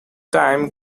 time